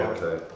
Okay